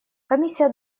комиссия